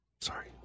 sorry